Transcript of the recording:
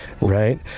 right